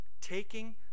taking